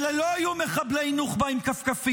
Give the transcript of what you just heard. אלה לא היו מחבלי נוח'בה עם כפכפים,